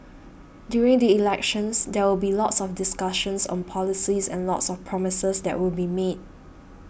during the elections there will be lots of discussions on policies and lots of promises that will be made